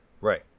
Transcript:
Right